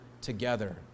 together